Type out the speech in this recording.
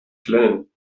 flennen